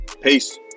Peace